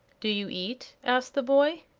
do you eat? asked the boy.